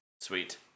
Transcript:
Sweet